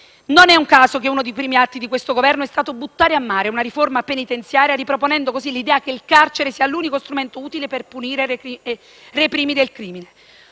Non è un caso che uno dei primi atti di questo Governo sia stato il buttare a mare la riforma penitenziaria, riproponendo così l'idea che il carcere sia l'unico strumento utile per punire e reprimere il crimine.